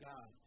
God